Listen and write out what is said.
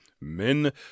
men